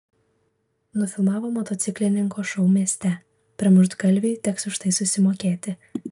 nufilmavo motociklininko šou mieste pramuštgalviui teks už tai susimokėti